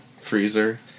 freezer